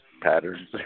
patterns